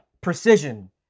precision